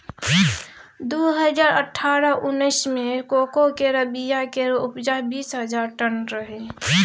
दु हजार अठारह उन्नैस मे कोको केर बीया केर उपजा बीस हजार टन रहइ